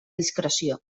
discreció